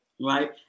right